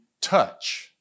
touch